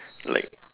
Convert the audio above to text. like